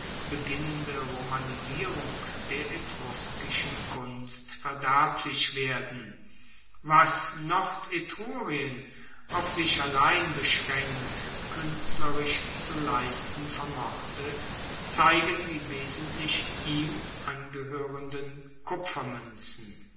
beginnende romanisierung der etruskischen kunst verderblich werden was nordetrurien auf sich allein beschraenkt kuenstlerisch zu leisten vermochte zeigen die wesentlich ihm angehoerenden kupfermuenzen